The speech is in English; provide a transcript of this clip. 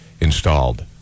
installed